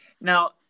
now